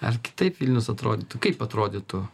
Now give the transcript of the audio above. ar kitaip vilnius atrodytų kaip atrodytų